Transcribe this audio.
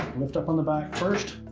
lift up on the back first